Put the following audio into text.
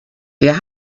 wer